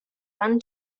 run